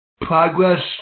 progress